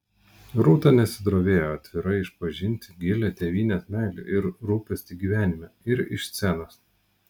rūta nesidrovėjo atvirai išpažinti gilią tėvynės meilę ir rūpestį gyvenime ir iš scenos